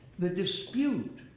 the dispute